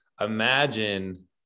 Imagine